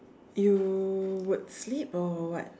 you would sleep or what